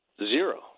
Zero